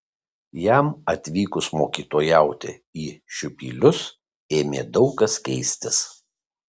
jam atvykus mokytojauti į šiupylius ėmė daug kas keistis